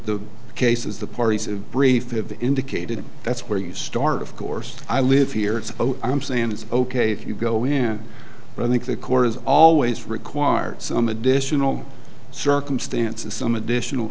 the cases the parties of brief have indicated that's where you start of course i live here it's oh i'm saying it's ok if you go in but i think the core is always required some additional circumstances some additional